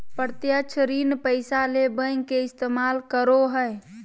प्रत्यक्ष ऋण पैसा ले बैंक के इस्तमाल करो हइ